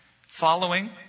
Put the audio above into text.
following